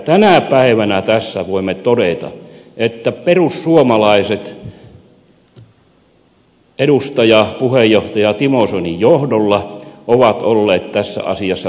tänä päivänä tässä voimme todeta että perussuomalaiset edustaja puheenjohtaja timo soinin johdolla ovat olleet tässä asiassa täysin oikeassa